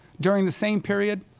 during the same period,